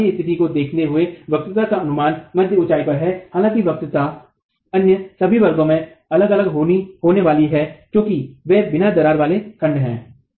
तो दरार की स्थिति को देखते हुए वक्रता का अनुमान मध्य ऊंचाई पर है हालाँकि वक्रता अन्य सभी वर्गों में अलग अलग होने वाली है क्योंकि वे बिना दरार वाले खंड हैं